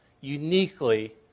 uniquely